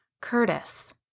Curtis